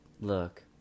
Look